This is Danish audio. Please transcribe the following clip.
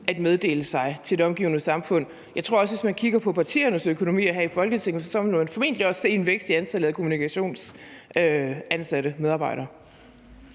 at meddele sig til det omgivende samfund. Jeg tror også, at hvis man kigger på partiernes økonomier her i Folketinget, vil man formentlig også se en vækst i antallet af kommunikationsmedarbejdere.